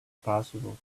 possible